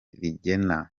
inshingano